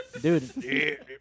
Dude